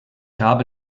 habe